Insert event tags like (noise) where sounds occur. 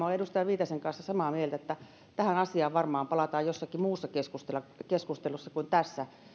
(unintelligible) olen edustaja viitasen kanssa samaa mieltä että tähän asiaan varmaan palataan jossakin muussa keskustelussa kuin tässä sitten